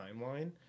timeline